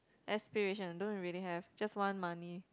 aspiration don't really have just want money